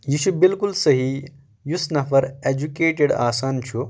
یہِ چھُ بالکُل صحیح یُس نفر اٮ۪جوکیٹڈ آسان چھُ